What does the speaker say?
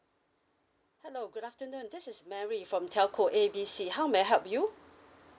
hello good afternoon this is mary from telco A B C how may I help you